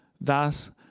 thus